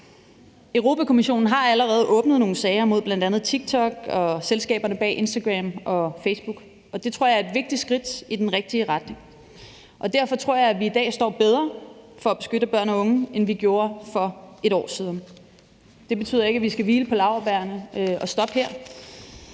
Europa-Kommissionen har allerede åbnet nogle sager mod bl.a. TikTok og selskaberne bag Instagram og Facebook, og det tror jeg er et vigtigt skridt i den rigtige retning. Derfor tror jeg, vi i dag står bedre for at beskytte børn og unge, end vi gjorde for et år siden. Det betyder ikke, at vi skal hvile på laurbærrene og stoppe her.